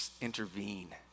intervene